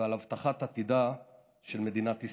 ועל הבטחת עתידה של מדינת ישראל.